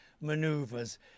maneuvers